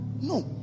No